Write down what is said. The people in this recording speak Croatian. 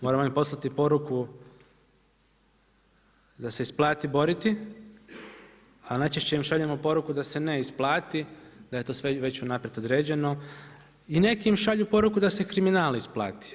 Moramo im poslati poruku da se isplati boriti, a najčešće im šaljemo poruku da se ne isplati, da je to sve već unaprijed određeno i neki im šalju poruku da se kriminal isplati.